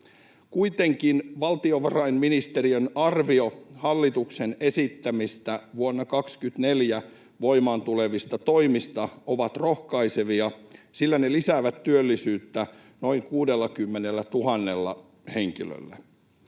Kuitenkin valtiovarainministeriön arvio hallituksen esittämistä, vuonna 24 voimaan tulevista toimista ovat rohkaisevia, sillä ne lisäävät työllisyyttä noin 60 000 henkilöllä.